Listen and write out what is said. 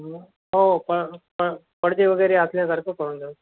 हो प प पडदेवगैरे असल्यासारखं करुन जाईल